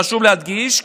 חשוב להדגיש,